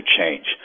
change